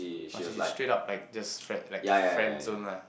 oh she's straight up like just friend like friend zone lah